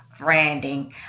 branding